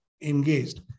engaged